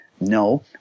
No